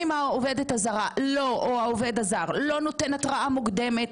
אם העובדת הזרה או העובד הזר לא נותן התראה מוקדמת,